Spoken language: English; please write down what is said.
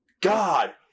God